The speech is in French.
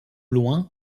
loin